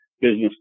business